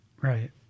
Right